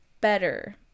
better